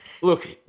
look